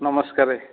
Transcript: ନମସ୍କାରେ